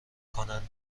کنن